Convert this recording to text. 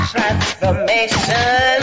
Transformation